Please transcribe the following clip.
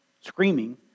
screaming